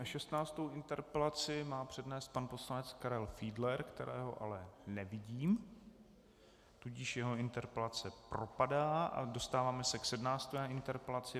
Šestnáctou interpelaci má přednést pan poslanec Karel Fiedler, kterého ale nevidím, tudíž jeho interpelace propadá, a dostáváme se k 17. interpelaci.